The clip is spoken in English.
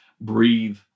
breathe